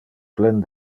plen